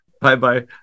Bye-bye